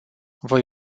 voi